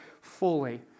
fully